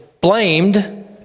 blamed